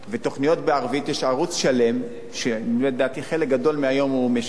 יש ערוץ שלם שלדעתי חלק גדול מהיום משדר בערבית.